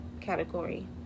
category